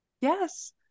Yes